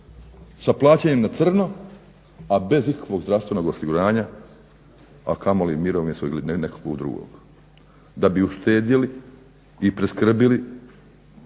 sa plaćanjem na crno, a bez ikakvog zdravstvenog osiguranja, a kamoli mirovinskog ili nekog drugog da bi uštedjeli i priskrbili